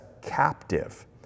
captive